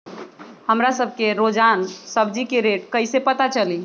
हमरा सब के रोजान सब्जी के रेट कईसे पता चली?